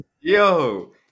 Yo